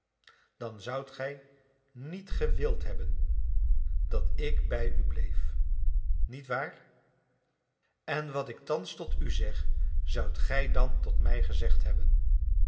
dan zoudt gij niet gewild hebben dat ik bij u bleef nietwaar en wat ik thans tot u zeg zoudt gij dan tot mij gezegd hebben